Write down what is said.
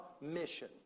mission